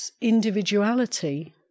individuality